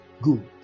Good